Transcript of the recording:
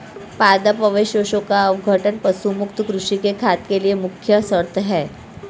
पादप अवशेषों का अपघटन पशु मुक्त कृषि में खाद के लिए मुख्य शर्त है